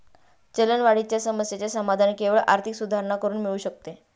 चलनवाढीच्या समस्येचे समाधान केवळ आर्थिक सुधारणा करूनच मिळू शकते